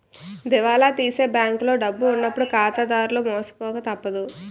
దివాలా తీసే బ్యాంకులో డబ్బు ఉన్నప్పుడు ఖాతాదారులు మోసపోక తప్పదు